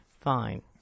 Fine